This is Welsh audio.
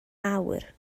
awr